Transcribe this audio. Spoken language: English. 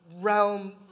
realm